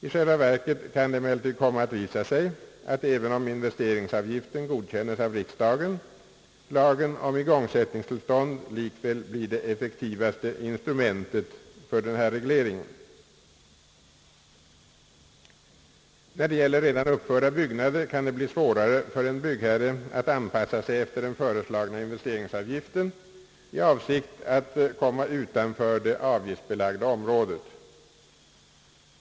I själva verket kan det emellertid komma att visa sig, att även om investeringsavgiften godkännes av riksdagen, blir lagen om igångsättningstillstånd likväl det effektivaste instrumentet för denna reglering. När det gäller redan uppförda byggnader kan det bli svårare för en byggherre att anpassa sig efter den föreslagna investeringsavgiften i avsikt att komma utanför det avgiftsbelagda området.